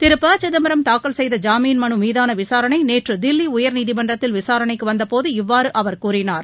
திரு ப சிதம்பரம் தாக்கல் செய்த ஜாமீன் மனு மீதான விசாரணை நேற்று தில்லி உயா்நீதிமன்றத்தில் விசாரணைக்கு வந்தபோது இவ்வாறு அவர் கூறினார்